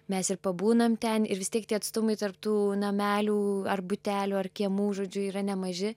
mes ir pabūname ten ir vis tiek tie atstumai tarp tų namelių ar butelių ar kiemų žodžiu yra nemaži